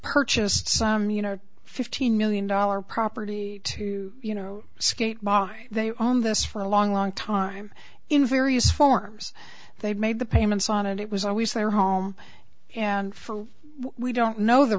purchased some you know fifteen million dollar property to you know skate by they owned this for a long long time in various forms they made the payments on it it was always their home and for we don't know the